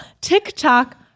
TikTok